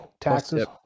taxes